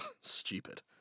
Stupid